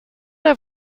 der